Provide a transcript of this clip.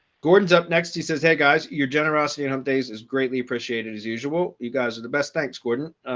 gordon's up next he says, hey, guys, your generosity and updates is greatly appreciated. as usual. you guys are the best. thanks, gordon.